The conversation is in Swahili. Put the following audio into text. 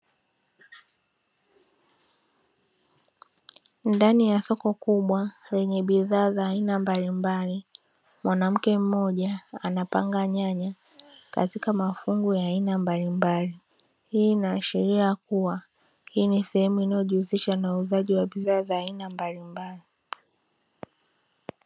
Ndani ya soko kubwa lenye bidhaa za aina mbalimbali, mwanamke mmoja anapanga nyanya katika mafungu ya aina mbalimbali, hii inaashiria kuwa ni sehemu inayotumika katika uuzaji wa bidhaa za aina mbalimbali.